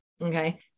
Okay